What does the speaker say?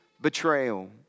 betrayal